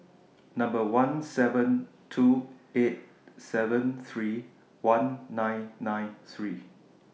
Number one seven two eight seven three one nine nine three